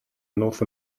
north